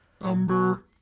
Number